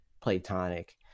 Platonic